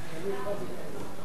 טוב שהזכרת לנו,